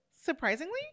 surprisingly